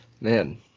Man